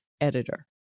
editor